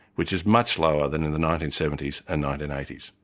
which is much lower than in the nineteen seventy s and nineteen eighty s.